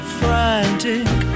frantic